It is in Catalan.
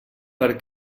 per